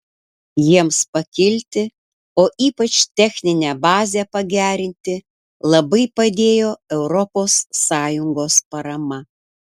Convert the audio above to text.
jiems pakilti o ypač techninę bazę pagerinti labai padėjo europos sąjungos parama